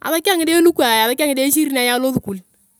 asaki ayong ngidee lukaa, asaki ayong ngide ishirini ayea losukul.